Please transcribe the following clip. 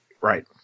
Right